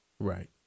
Right